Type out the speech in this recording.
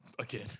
again